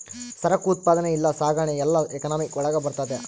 ಸರಕು ಉತ್ಪಾದನೆ ಇಲ್ಲ ಸಾಗಣೆ ಎಲ್ಲ ಎಕನಾಮಿಕ್ ಒಳಗ ಬರ್ತದೆ